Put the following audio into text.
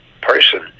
person